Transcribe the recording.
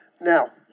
Now